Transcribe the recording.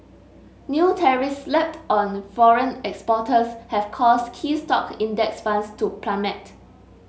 new tariffs slapped on foreign exporters have caused key stock index funds to plummet